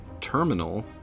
terminal